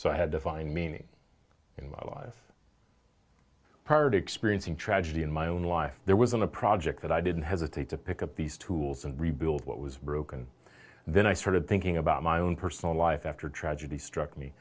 so i had to find meaning in my life heard experiencing tragedy in my own life there was on a project that i didn't hesitate to pick up these tools and rebuild what was broken then i started thinking about my own personal life after tragedy struck me